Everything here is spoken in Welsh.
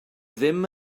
ddim